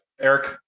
Eric